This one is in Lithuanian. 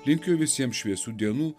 linkiu visiems šviesių dienų